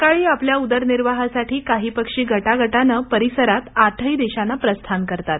सकाळी आपल्या उदरनिर्वाहासाठी काही पक्षी गटागटाने परिसरात आठही दिशांना प्रस्थान करतात